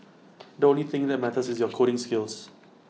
the only thing that matters is your coding skills